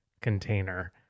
container